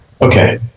Okay